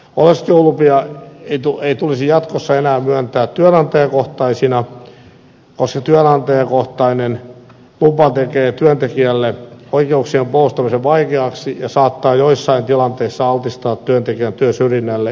oleskelulupia ei tulisi jatkossa enää myöntää työnantajakohtaisina koska työnantajakohtainen lupa tekee työntekijälle oikeuksien puolustamisen vaikeaksi ja saattaa joissain tilanteissa altistaa työntekijän työsyrjinnälle ja jopa ihmiskaupalle